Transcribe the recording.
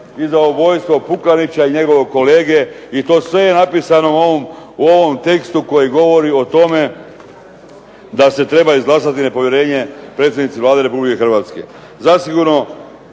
i za ubojstvo Pukanića i njegovog kolege i to sve je napisano u ovom tekstu koji govori o tome da se treba izglasati nepovjerenje predsjednici Vlade Republike Hrvatske. Zasigurno